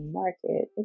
market